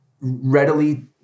readily